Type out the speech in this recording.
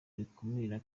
rikumira